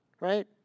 right